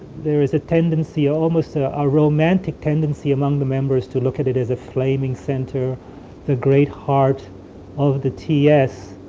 there is a tendency, almost ah a romantic tendency among the members, to look at it as a flaming center the great heart of the ts.